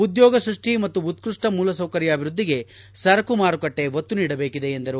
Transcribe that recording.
ಉದ್ಯೋಗ ಸೃಷ್ಟಿ ಮತ್ತು ಉತ್ನಷ್ಟ ಮೂಲಸೌಕರ್ಯ ಅಭಿವೃದ್ಧಿಗೆ ಸರಕು ಮಾರುಕಟ್ಟೆ ಒತ್ತು ನೀಡಬೇಕಿದೆ ಎಂದರು